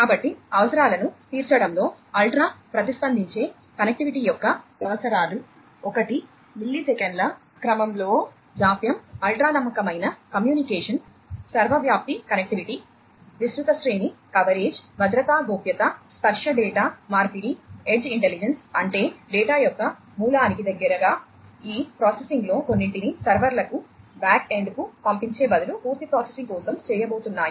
కాబట్టి అవసరాలను తీర్చడంలో అల్ట్రా ప్రతిస్పందించే కనెక్టివిటీ యొక్క అవసరాలు 1 మిల్లీసెకన్ల క్రమంలో జాప్యం అల్ట్రా నమ్మకమైన కమ్యూనికేషన్ సర్వవ్యాప్త కనెక్టివిటీ విస్తృత శ్రేణి కవరేజ్ భద్రతా గోప్యత స్పర్శ డేటా మార్పిడి ఎడ్జ్ ఇంటెలిజెన్స్ కు పంపించే బదులు పూర్తి ప్రాసెసింగ్ కోసం చేయబోతున్నాయి